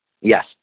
Yes